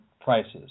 prices